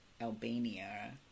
albania